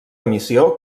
emissió